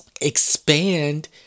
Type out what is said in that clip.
expand